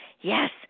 yes